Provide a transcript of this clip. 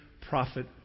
prophet